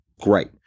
Great